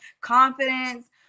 confidence